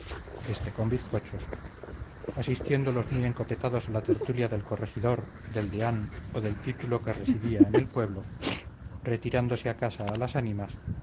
la oración éste con bizcochos asistiendo los muy encopetados a la tertulia del corregidor del deán o del título que residía en el pueblo retirándose a casa a las ánimas